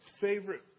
favorite